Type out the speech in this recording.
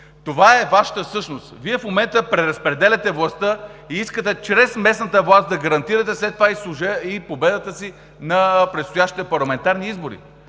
това е Вашата същност. Вие в момента преразпределяте властта и искате чрез местната власт да гарантирате след това и победата си на предстоящите парламентарни избори.